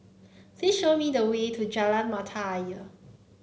please show me the way to Jalan Mata Ayer